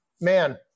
man